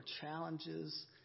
challenges